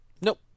Nope